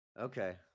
Okay